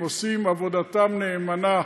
עושים עבודתם נאמנה,